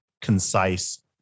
concise